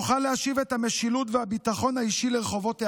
נוכל להשיב את המשילות והביטחון האישי לרחובות הערים.